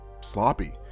sloppy